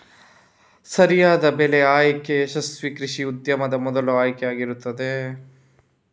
ಸರಿಯಾದ ಬೆಳೆ ಆಯ್ಕೆಯು ಯಶಸ್ವೀ ಕೃಷಿ ಉದ್ಯಮದ ಮೊದಲ ಆಯ್ಕೆ ಆಗಿರ್ತದೆ